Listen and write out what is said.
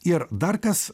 ir dar kas